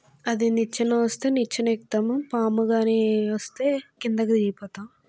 అది నిచ్చెన వస్తే నిచ్చెన ఎక్కుతాము పాము కానీ వస్తే కిందకి దిగిపోతాము